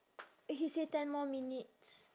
he say ten more minutes